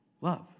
Love